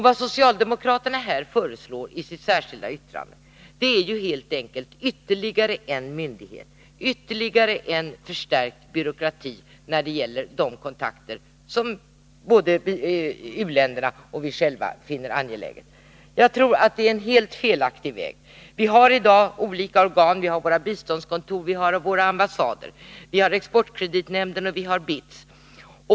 Vad socialdemokraterna föreslår i sitt särskilda yttrande är helt enkelt ytterligare en myndighet, ytterligare en förstärkt byråkrati när det gäller de kontakter som både u-länderna och vi själva finner angelägna. Jag tror att det är en helt felaktig väg. Vi har i dag våra biståndskontor, våra ambassader, exportkreditnämnden och BITS.